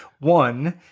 One